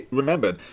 remembered